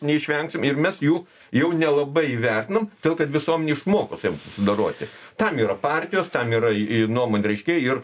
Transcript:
neišvengsim ir mes jų jau nelabai vertinam todėl kad visuomenė išmoko taip dorotis tam yra partijos tam yra nuomonių reiškėjai ir